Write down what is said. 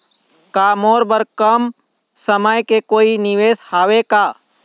का मोर बर कम समय के कोई निवेश हावे का?